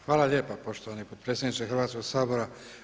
Hvala lijepo poštovani potpredsjedniče Hrvatskoga sabora.